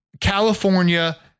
California